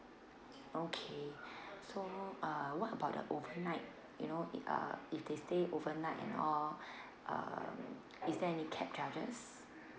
okay so uh what about the overnight you know if uh if they stay overnight and all um is there any cap charges